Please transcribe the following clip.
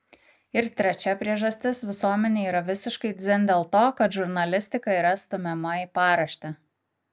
ir trečia priežastis visuomenei yra visiškai dzin dėl to kad žurnalistika yra stumiama į paraštę